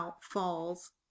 Falls